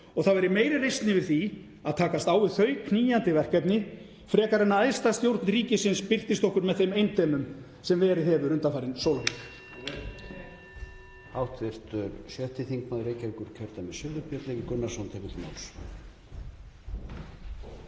og það væri meiri reisn yfir því að takast á við þau knýjandi verkefni frekar en að æðsta stjórn ríkisins birtist okkur með þeim endemum sem verið hefur undanfarinn